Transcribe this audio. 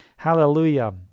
Hallelujah